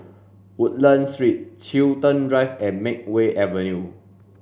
Woodlands Street Chiltern Drive and Makeway Avenue